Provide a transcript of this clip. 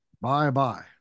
Bye-bye